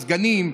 הסגנים,